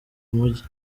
mujyi